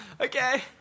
Okay